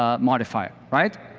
ah mod fire, right?